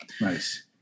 Nice